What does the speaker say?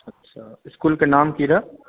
इसकुलक नाम की रहय